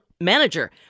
Manager